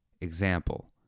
example